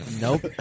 Nope